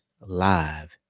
live